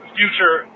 future